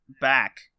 back